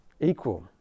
Equal